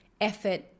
effort